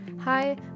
hi